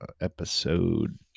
episode